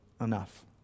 enough